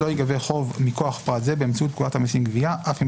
לא ייגבה חוב מכוח פרט זה באמצעות פקודת המסים (גבייה) אף אם